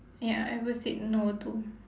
ya ever said no to